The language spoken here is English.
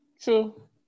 True